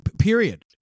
Period